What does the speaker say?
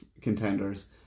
contenders